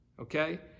Okay